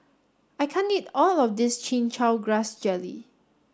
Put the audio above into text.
I can't eat all of this Chin Chow Grass Jelly